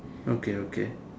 okay okay